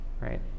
right